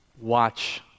watch